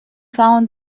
found